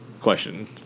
question